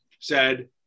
said-